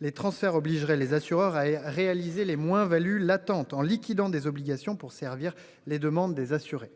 les transferts obligerait les assureurs à réaliser les moins-values latentes en liquidant des obligations pour servir les demandes des assurés.